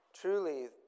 Truly